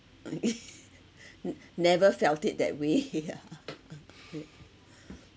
n~ never felt it that way yeah